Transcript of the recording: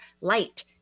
light